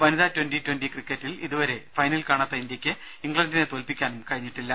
വനിതാ twenty twenty ക്രിക്കറ്റിൽ ഇതുവരെ ഫൈനൽ കാണാത്ത ഇന്ത്യക്ക് ഇംഗ്ലണ്ടിനെ തോൽപിക്കാനും കഴിഞ്ഞിട്ടില്ല